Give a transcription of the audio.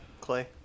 clay